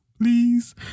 please